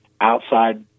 outside